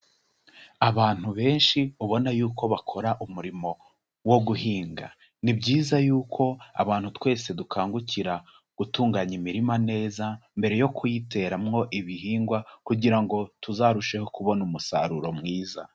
Abantu benshi ubona yuko bakora umurimo wo guhinga. Ni byiza yuko abantu twese dukangukira gutunganya imirima neza, mbere yo kuyiteramwo ibihingwa kugira ngo tuzarusheho kubona umusaruro mwiza.